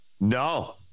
No